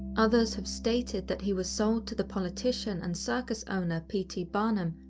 others have stated that he was sold to the politician and circus-owner, p t. barnum,